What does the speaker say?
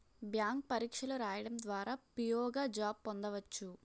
bank పరీక్షలు రాయడం ద్వారా పిఓ గా జాబ్ పొందవచ్చు